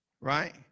right